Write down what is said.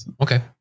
Okay